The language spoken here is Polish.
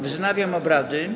Wznawiam obrady.